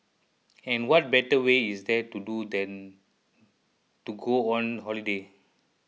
and what better way is there to do than to go on holiday